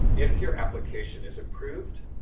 if your application is approved,